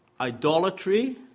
idolatry